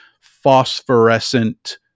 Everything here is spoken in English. phosphorescent